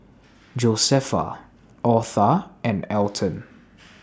Josefa Otha and Alton